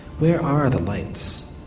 where are the lights?